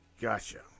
Gotcha